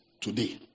Today